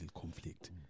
conflict